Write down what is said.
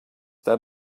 that